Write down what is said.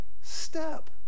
step